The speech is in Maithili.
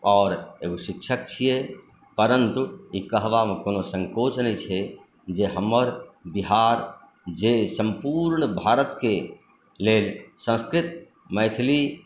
आओर एगो शिक्षक छियै परन्तु ई कहबामे कोनो संकोच नहि छै जे हमर बिहार जे सम्पूर्ण भारतके लेल संस्कृत मैथिली